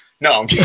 no